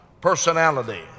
personality